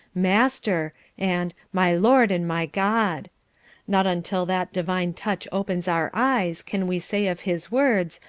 master and my lord and my god not until that divine touch opens our eyes can we say of his words,